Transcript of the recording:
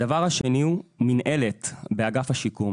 הדבר השני הוא מינהלת באגף השיקום.